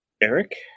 Eric